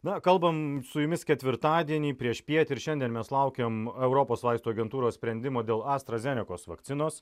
na kalbam su jumis ketvirtadienį priešpiet ir šiandien mes laukiam europos vaistų agentūros sprendimo dėl astra zenekos vakcinos